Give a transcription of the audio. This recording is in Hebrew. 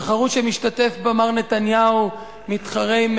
תחרות שמשתתף בה מר נתניהו ומתחרה עם